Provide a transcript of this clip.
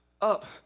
up